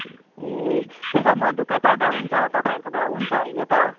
ए त्यसो भए म ढुक्कै पर्दा हुन्छ तपाईँहरूकोबाट हुन्छ होइन त